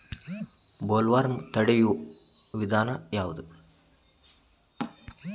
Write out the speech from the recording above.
Bollworm ತಡಿಯು ವಿಧಾನ ಯಾವ್ದು?